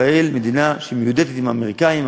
ישראל היא מדינה שמיודדת עם האמריקנים,